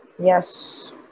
Yes